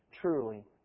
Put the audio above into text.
truly